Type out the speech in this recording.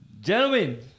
Gentlemen